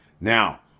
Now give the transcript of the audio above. Now